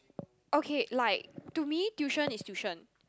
okay like to me tuition is tuition